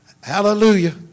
Hallelujah